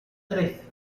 tres